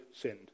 sinned